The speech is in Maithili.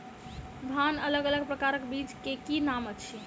धान अलग अलग प्रकारक बीज केँ की नाम अछि?